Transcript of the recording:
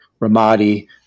Ramadi